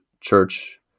church